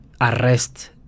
arrest